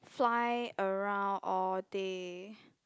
fly around all day